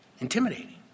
intimidating